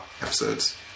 episodes